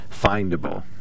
findable